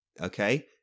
okay